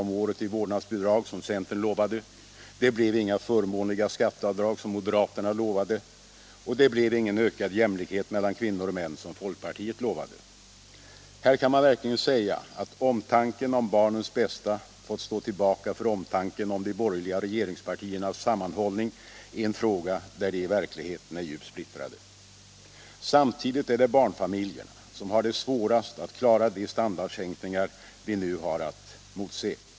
om året i vårdnadsbidrag som centern lovade, det blev inga förmånliga skatte = Nr 133 avdrag som moderaterna lovade, det blev ingen ökad jämlikhet mellan Tisdagen den kvinnor och män som folkpartiet lovade. Här kan man verkligen säga, 17 maj 1977 att omtanken om barnens bästa fått stå tillbaka för omtanken om de — borgerliga regeringspartiernas sammanhållning i en fråga där de i verk = Föräldraförsäkringligheten är djupt splittrade. Samtidigt är det barnfamiljerna som har det — en, m.m. svårast att klara de standardsänkningar vi nu har att motse.